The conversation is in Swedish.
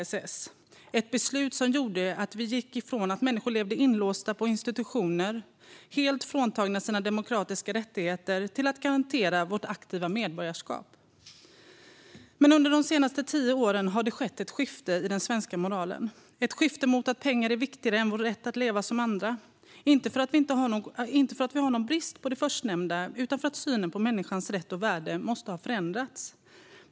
Det var ett beslut som gjorde att vi gick ifrån att människor levde inlåsta på institutioner, helt fråntagna sina demokratiska rättigheter, till att garantera vårt aktiva medborgarskap. Men under de senaste tio åren har det skett ett skifte i den svenska moralen. Det är ett skifte till att pengar är viktigare än vår rätt att leva som andra, inte för att vi har någon brist på det förstnämnda utan för att synen på människans rätt och värde måste ha förändrats.